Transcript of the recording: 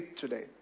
today